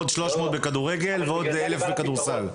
עוד 300 בכדורגל ועוד 1,000 בכדורסל.